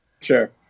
Sure